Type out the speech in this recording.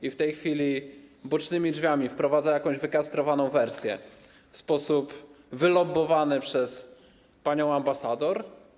Czy w tej chwili bocznymi drzwiami wprowadza jakąś wykastrowaną wersję w sposób wylobbowany przez panią ambasador?